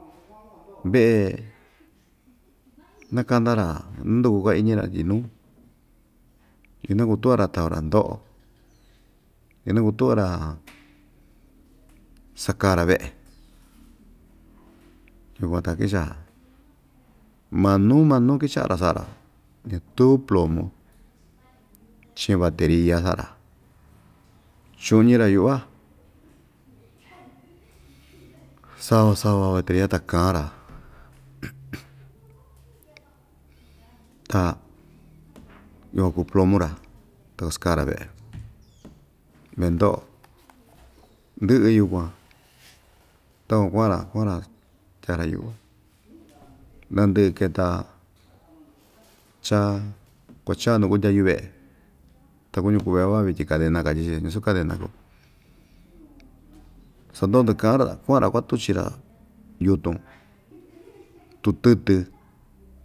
ve'e nakanda‑ra nduku‑ka iñi‑ra ityi nuu inakutu'va‑ra tava‑ra ndo'o inakutu'va‑ra sakaa‑ra ve'e yukuan ta kicha manuu manuu kicha'a‑ra sa'a‑ra ñatu plomo chi'in bateria sa'a‑ra chu'ñi‑ra yu'va sava sava bateria ta kan‑ra ta yukuan kuu plomo‑ra ta skaa‑ra ve'e ve'e ndo'o ndɨ'ɨ yukuan takuan kua'an‑ra kua'an‑ra tyaa‑ra yu'va nandɨ'ɨ keta cha kuacha nu kundya yuve'e takuñu kuu ve'e va'a vityin cadena katyi‑chi ñasu cadena kuu sando ndɨka'an‑ra kua'an‑ra kuatuchi‑ra yutun tutɨtɨ.